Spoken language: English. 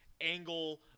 angle